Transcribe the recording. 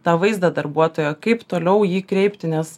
tą vaizdą darbuotojo kaip toliau jį kreipti nes